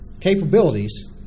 capabilities